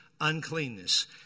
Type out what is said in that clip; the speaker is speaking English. Uncleanness